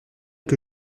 que